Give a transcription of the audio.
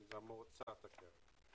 יושבים בו נציג אוצר,